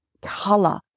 color